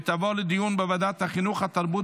והיא תעבור לדיון בוועדת החינוך התרבות